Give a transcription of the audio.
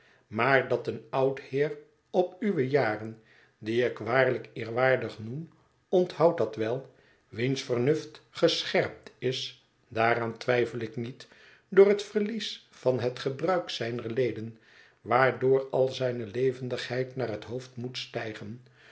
maar dat een oud heer op uwe jaren dien ik waarlijk eerwaardig noem onthoud dat wel wiens vernuft gescherpt is daaraan twijfel ik niet door het verlies van het gebruik zijner leden waardoor al zijne levendigheid naar het hoofd moet stijgen